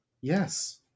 Yes